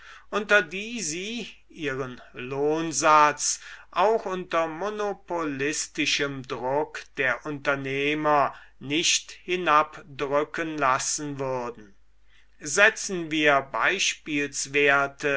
unter die sie ihren lohnsatz auch unter monopolistischem druck der unternehmer nicht hinabdrücken lassen würden setzen wir beispielswerte